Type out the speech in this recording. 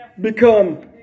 become